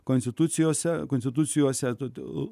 konstitucijose konstitucijose todėl